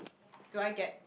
do I get